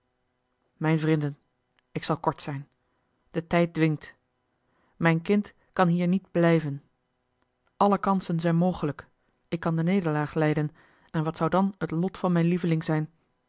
mijn vrinden ik zal kort zijn de tijd dwingt mijn kind kan hier niet blijven alle kansen zijn mogelijk ik kan de nederlaag lijden en wat zou dan het lot van mijn lieveling zijn